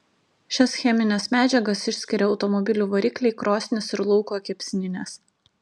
šias chemines medžiagas išskiria automobilių varikliai krosnys ir lauko kepsninės